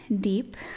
deep